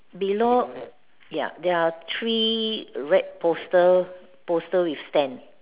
below yup there are three red poster poster with stand